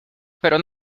pero